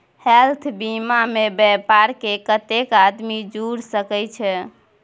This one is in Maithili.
हेल्थ बीमा मे परिवार के कत्ते आदमी जुर सके छै?